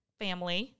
family